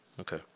Okay